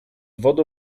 wodą